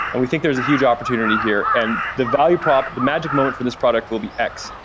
and we think there is a huge opportunity here, and the value prop, the magic moment for this product will be x.